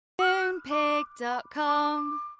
moonpig.com